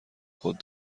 خود